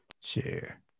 Share